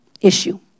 issue